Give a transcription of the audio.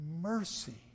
mercy